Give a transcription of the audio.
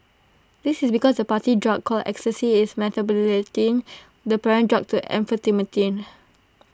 this is because the party drug called ecstasy is the parent drug to amphetamine